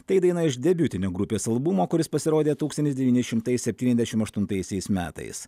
tai daina iš debiutinio grupės albumo kuris pasirodė tūkstantis devyni šimtai septyniasdešimt aštuntaisiais metais